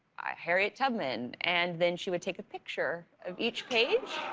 harriet tubman, and then she would take a picture of each page.